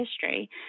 history